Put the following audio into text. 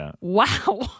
wow